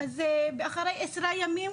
ואחרי עשרה ימים